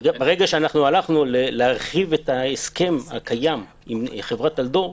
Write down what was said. ברגע שהלכנו להרחיב את ההסכם הקיים עם חברת טלדור,